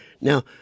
now